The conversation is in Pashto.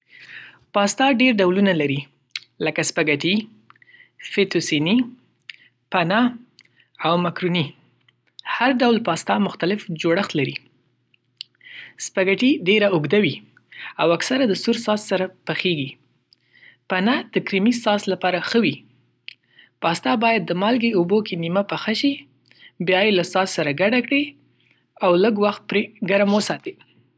پاستا ډېر ډولونه لري لکه سپاګټي، فېټوسېني، پنه او مکروني. هر ډول پاستا مختلف جوړښت لري. سپاګټي ډېر اوږده وي او اکثره د سور ساس سره پخېږي. پنه د کریمي ساس لپاره ښه وي. پاستا باید د مالګې اوبو کې نیمه پخه شي. بیا یې له ساس سره ګډه کړئ او لږ وخت پرې ګرم وساتئ.